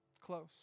Close